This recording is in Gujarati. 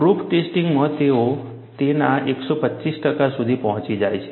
પ્રૂફ ટેસ્ટિંગમાં તેઓ તેના 125 ટકા સુધી પહોંચી જાય છે